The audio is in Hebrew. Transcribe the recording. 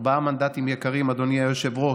ארבעה מנדטים יקרים של הימין, אדוני היושב-ראש,